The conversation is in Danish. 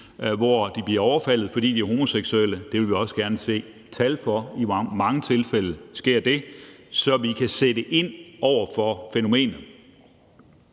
hvor de bliver overfaldet, fordi de er homoseksuelle. Og det vil vi også gerne se tal for – i hvor mange tilfælde sker det? – så vi kan sætte ind over for fænomenet.